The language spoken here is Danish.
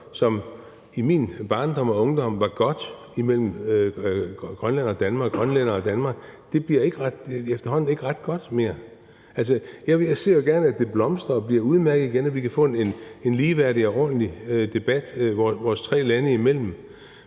som i min barndom og ungdom var godt, mellem Grønland og Danmark, efterhånden ikke er ret godt mere. Altså, jeg ser jo gerne, at det blomstrer og bliver udmærket igen, og at vi kan få en ligeværdig og ordentlig debat vores tre lande imellem.